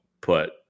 put